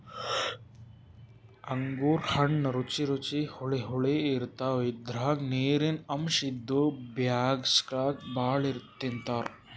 ಅಂಗೂರ್ ಹಣ್ಣ್ ರುಚಿ ರುಚಿ ಹುಳಿ ಹುಳಿ ಇರ್ತವ್ ಇದ್ರಾಗ್ ನೀರಿನ್ ಅಂಶ್ ಇದ್ದು ಬ್ಯಾಸ್ಗ್ಯಾಗ್ ಭಾಳ್ ತಿಂತಾರ್